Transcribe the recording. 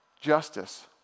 justice